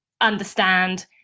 understand